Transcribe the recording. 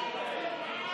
למניין.